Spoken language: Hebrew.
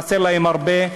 כי חסר להם הרבה.